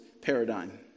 paradigm